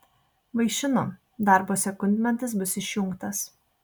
vaišinu darbo sekundmatis bus išjungtas